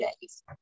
days